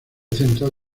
central